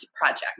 projects